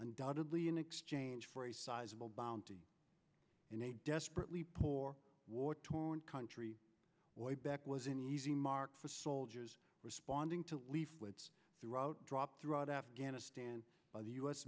undoubtedly in exchange for a sizable bounty in a desperately poor war torn country way back was an easy mark for soldiers responding to leaflets throughout dropped throughout afghanistan by the u